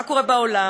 מה קורה בעולם?